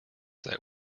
that